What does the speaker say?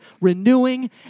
renewing